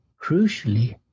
crucially